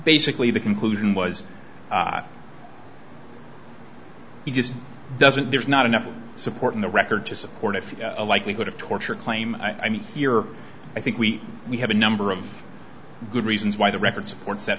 basically the conclusion was he just doesn't there's not enough support in the record to support if a likelihood of torture claim i mean here i think we we have a number of good reasons why the record supports